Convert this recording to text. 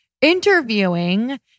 interviewing